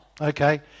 Okay